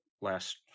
last